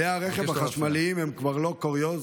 כלי הרכב החשמליים הם כבר לא קוריוז.